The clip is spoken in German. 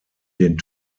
den